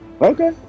okay